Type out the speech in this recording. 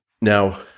Now